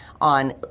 on